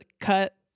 cut